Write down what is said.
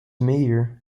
mayor